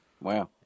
Wow